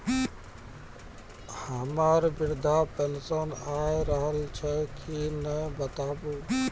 हमर वृद्धा पेंशन आय रहल छै कि नैय बताबू?